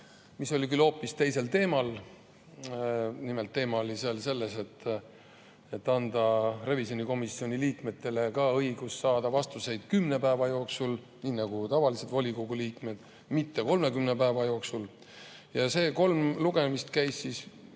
mis oli küll hoopis teisel teemal. Nimelt, teema oli see, et anda revisjonikomisjoni liikmetele ka õigus saada vastuseid kümne päeva jooksul, nii nagu saavad tavalised volikogu liikmed, mitte 30 päeva jooksul. Ja see kolm lugemist käis